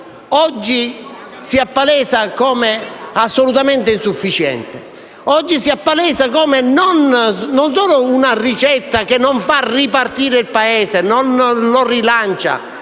oggi si appalesa come assolutamente insufficiente; oggi si appalesa come una ricetta che non solo non fa ripartire il Paese, non lo rilancia,